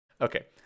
Okay